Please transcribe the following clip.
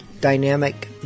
dynamic